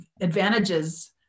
advantages